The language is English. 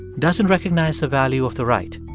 doesn't recognize the value of the right.